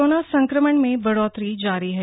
corona संक्रमण में बढोतरी जारी है